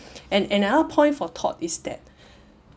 and another point for thought is that